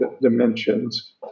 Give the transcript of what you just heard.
dimensions